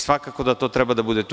Svakako da to treba da bude tu.